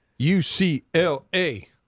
UCLA